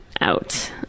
out